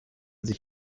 sich